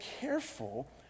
careful